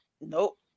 Nope